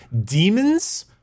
Demons